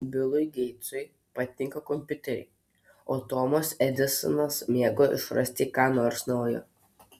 bilui geitsui patinka kompiuteriai o tomas edisonas mėgo išrasti ką nors naujo